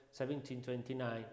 1729